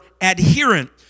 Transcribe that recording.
adherent